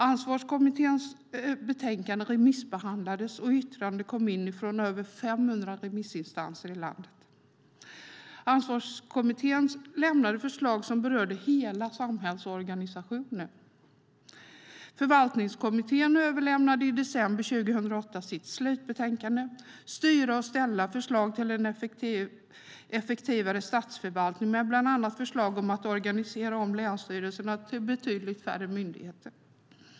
Ansvarskommitténs betänkande remissbehandlades, och yttranden kom in från över 500 remissinstanser i landet. Ansvarskommittén lämnade förslag som berörde hela samhällsorganisationen. Förvaltningskommittén överlämnade i december 2008 sitt slutbetänkande Styra och ställa - förslag till en effektivare statsförvaltning med bland annat förslag om att organisera om länsstyrelserna till betydligt färre myndigheter.